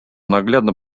наглядно